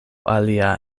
alia